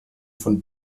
von